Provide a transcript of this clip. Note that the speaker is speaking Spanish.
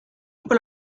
por